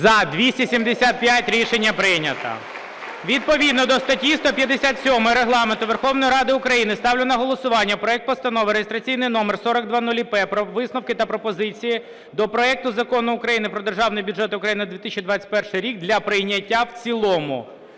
За-275 Рішення прийнято. Відповідно до статті 157 Регламенту Верховної Ради України ставлю на голосування проект Постанови (реєстраційний номер 4000-П) про висновки та пропозиції до проекту Закону України про Державний бюджет України на 2021 рік для прийняття в цілому.